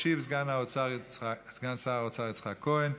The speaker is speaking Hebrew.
ישיב סגן שר האוצר יצחק כהן.